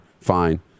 fine